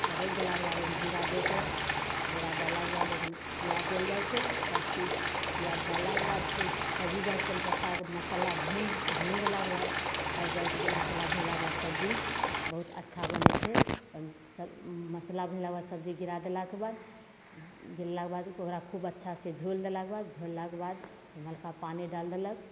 कड़कि गेलाके बाद ओहिमे जीरा देके जीरा डाललाके बाद पिआज देल जाइत छै सब चीज पिआज डाललाके बाद छै तभी जाके तेजपत्ता मसाला भूनि भूनि देलाके बाद तब जाके जे मसाला भूजलाके बाद सबजी बहुत अच्छा बनैत छै मसाला भूजलाके बाद सबजी गिरा देलाके बाद गिरेलाके बाद ओकरा खूब अच्छा से झोल देलाके बाद झोल देलाके बाद ओहिमे हल्का पानि डाल देलक